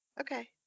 Okay